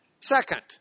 Second